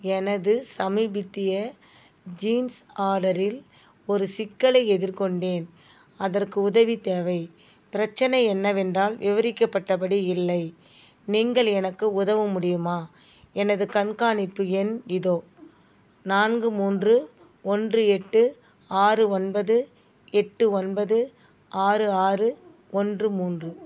எனது சமீபித்திய ஜீன்ஸ் ஆர்டரில் ஒரு சிக்கலை எதிர் கொண்டேன் அதற்கு உதவி தேவை பிரச்சினை என்னவென்றால் விவரிக்கப்பட்ட படி இல்லை நீங்கள் எனக்கு உதவ முடியுமா எனது கண்காணிப்பு எண் இதோ நான்கு மூன்று ஒன்று எட்டு ஆறு ஒன்பது எட்டு ஒன்பது ஆறு ஆறு ஒன்று மூன்று